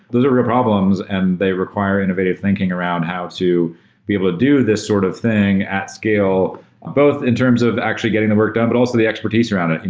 those are real problems and they require innovative thinking around how to be able to do this sort of thing at scale both in terms of actually getting the work done but also the expertise around it.